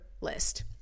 list